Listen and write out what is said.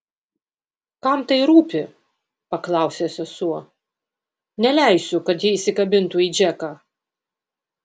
kam tai rūpi paklausė sesuo neleisiu kad ji įsikabintų į džeką